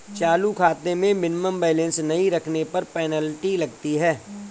चालू खाते में मिनिमम बैलेंस नहीं रखने पर पेनल्टी लगती है